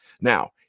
Now